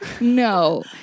No